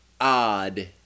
odd